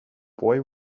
boy